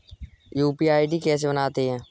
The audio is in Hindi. यू.पी.आई आई.डी कैसे बनाते हैं?